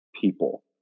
people